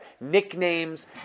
nicknames